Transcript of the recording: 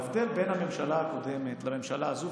ההבדל בין הממשלה הקודמת לממשלה הזו,